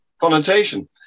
connotation